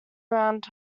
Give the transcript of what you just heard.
around